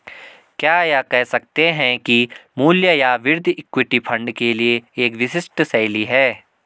क्या यह कह सकते हैं कि मूल्य या वृद्धि इक्विटी फंड के लिए एक विशिष्ट शैली है?